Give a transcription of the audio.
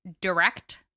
direct